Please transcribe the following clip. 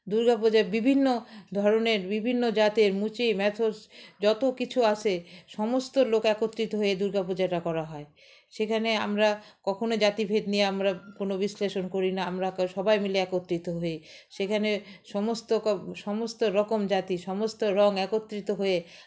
দুর্গাাপূজায় বিভিন্ন ধরনের বিভিন্ন জাতের মুচি ম্যাথর যত কিছু আছে সমস্ত লোক একত্রিত হয়ে দুর্গাাপূজাটা করা হয় সেখানে আমরা কখনো জাতিভেদ নিয়ে আমরা কোনো বিশ্লেষণ করি না আমরা সবাই মিলে একত্রিত হই সেখানে সমস্ত সমস্ত রকম জাতি সমস্ত রং একত্রিত হয়ে